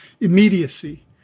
immediacy